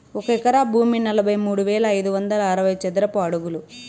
ఒక ఎకరా భూమి నలభై మూడు వేల ఐదు వందల అరవై చదరపు అడుగులు